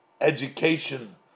education